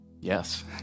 yes